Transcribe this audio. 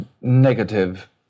negative